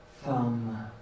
thumb